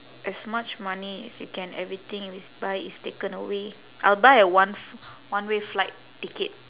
as much money as you can everything you buy is taken away I'll buy a one f~ one way flight ticket